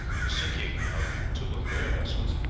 the sinking of two of their vessels,